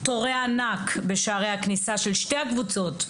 תורי ענק בשערי הכניסה של שני הקבוצות,